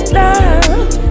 love